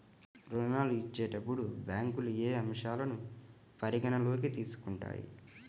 ఋణాలు ఇచ్చేటప్పుడు బ్యాంకులు ఏ అంశాలను పరిగణలోకి తీసుకుంటాయి?